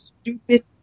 stupid